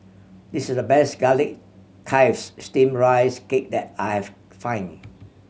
this is the best garlic Steamed Rice Cake that I've find